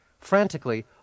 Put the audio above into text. Frantically